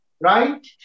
right